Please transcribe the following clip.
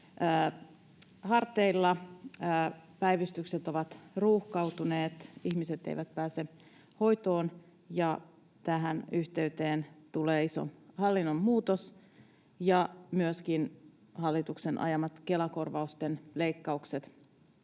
harteilla, päivystykset ovat ruuhkautuneet, ihmiset eivät pääse hoitoon, ja tähän yhteyteen tulee iso hallinnon muutos ja myöskin hallituksen ajamat Kela-korvausten leikkaukset.